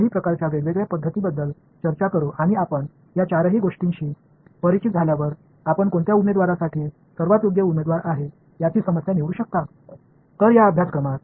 எனவே இந்த பாடத்திட்டத்தில் நான்கு வெவ்வேறு வகையான முறைகளைப் பற்றி நாம் பேசுவோம் நீங்கள் நான்கு முறைகளும் தெரிந்த பிறகு கொடுக்கப்பட்ட பிரச்சினைக்கு சிறந்த முறை எது என்பதை நீங்கள் தேர்வு செய்யலாம்